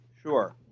Sure